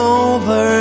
over